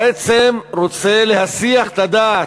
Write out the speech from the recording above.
בעצם רוצה להסיח את הדעת,